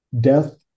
death